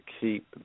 keep